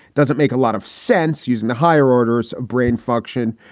doesn't make a lot of sense using the higher orders of brain function.